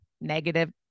negative